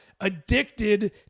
addicted